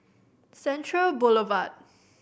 Central Boulevard